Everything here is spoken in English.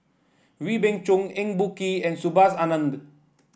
Wee Beng Chong Eng Boh Kee and Subhas Anandan